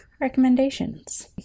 recommendations